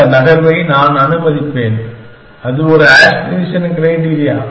இந்த நகர்வை நான் அனுமதிப்பேன் அது ஒரு ஆஸ்பிரேஷன் க்ரைட்டீரியா